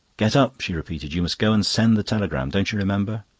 get up! she repeated. you must go and send the telegram. don't you remember?